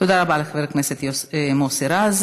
תודה רבה לחבר הכנסת מוסי רז.